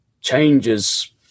changes